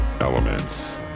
elements